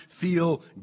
feel